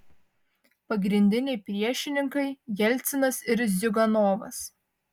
pagrindiniai priešininkai jelcinas ir ziuganovas